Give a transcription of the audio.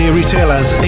retailers